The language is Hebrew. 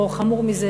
או חמור מזה,